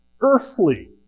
earthly